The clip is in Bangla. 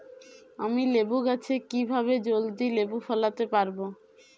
আমি লেবু গাছে কিভাবে জলদি লেবু ফলাতে পরাবো?